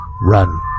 Run